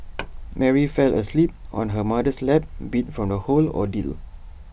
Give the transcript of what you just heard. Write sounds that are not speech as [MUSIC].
[NOISE] Mary fell asleep on her mother's lap beat from the whole ordeal